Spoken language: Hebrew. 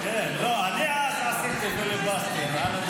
לא, אני אז עשיתי פיליבסטר על הדוכן.